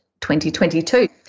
2022